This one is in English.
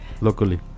locally